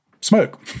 smoke